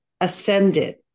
ascended